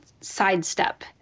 sidestep